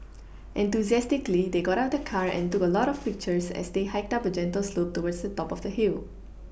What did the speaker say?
enthusiastically they got out of the car and took a lot of pictures as they hiked up a gentle slope towards the top of the hill